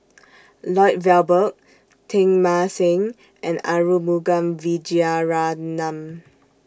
Lloyd Valberg Teng Mah Seng and Arumugam Vijiaratnam